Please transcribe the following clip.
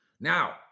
Now